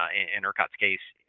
ah in ercot's case,